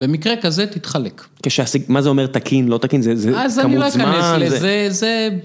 במקרה כזה תתחלק. כש... מה זה אומר תקין, לא תקין, זה כמות זמן... אז אני לא אכנס לזה, זה...